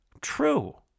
True